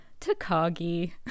Takagi